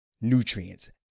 nutrients